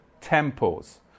temples